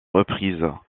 reprises